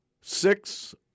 Six